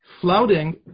Flouting